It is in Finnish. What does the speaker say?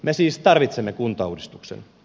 me siis tarvitsemme kuntauudistuksen